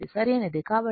కాబట్టి 100 √ 2 70